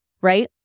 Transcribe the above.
right